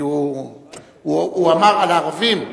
כי הוא אמר על הערבים,